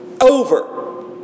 over